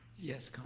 yes,